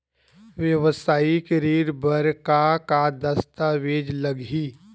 वेवसायिक ऋण बर का का दस्तावेज लगही?